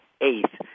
eighth